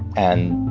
and,